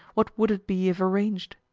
what would it be if arranged?